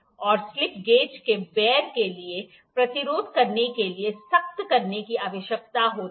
और slip gauge को wear के लिए प्रतिरोध करने के लिए सख्त करने की आवश्यकता होती है